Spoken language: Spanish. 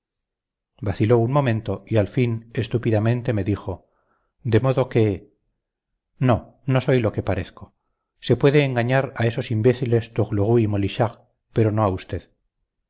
ahora vaciló un momento y al fin estúpidamente me dijo de modo que no no soy lo que parezco se puede engañar a esos imbéciles tourlourou y molichard pero no a usted